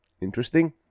interesting